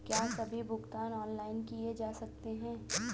क्या सभी भुगतान ऑनलाइन किए जा सकते हैं?